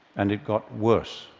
and it got worse,